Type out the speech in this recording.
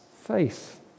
faith